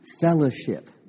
fellowship